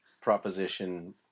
Proposition